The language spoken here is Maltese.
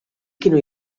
kienu